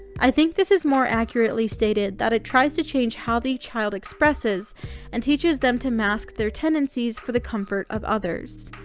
i think this is more accurately stated that it tries to change how the child expresses and teaches them to mask their tendencies for the comfort of others.